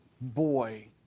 boy